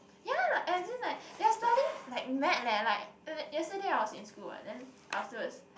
ya and then they're like studying like mad leh like yes~ yesterday I was in school ah then afterwards